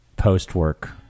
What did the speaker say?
post-work